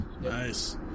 Nice